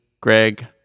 Greg